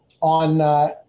on